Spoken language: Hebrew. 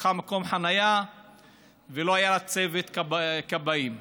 לקחה מקום חניה ולא היה צוות כבאים,